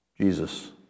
Jesus